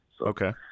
Okay